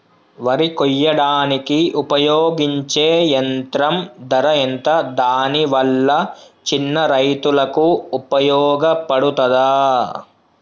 వరి కొయ్యడానికి ఉపయోగించే యంత్రం ధర ఎంత దాని వల్ల చిన్న రైతులకు ఉపయోగపడుతదా?